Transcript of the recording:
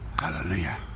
Hallelujah